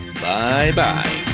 Bye-bye